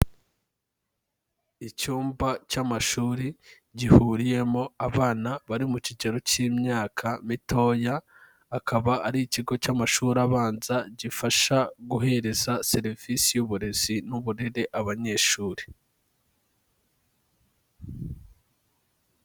Icyumba cy'amashuri gihuriyemo abana bari mu kigero k'imyaka mitoya, akaba ari ikigo cy'amashuri abanza gifasha guhereza serivisi y'uburezi n'uburere abanyeshuri.